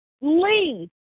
Lee